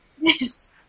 Yes